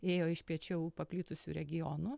ėjo iš piečiau paplitusių regionų